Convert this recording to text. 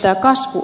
ja kasvu